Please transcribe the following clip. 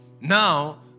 Now